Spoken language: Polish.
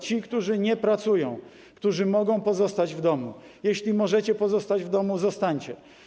Ci, którzy nie pracują, którzy mogą pozostać w domu - jeśli możecie pozostać w domu, zostańcie.